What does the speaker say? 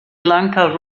lanka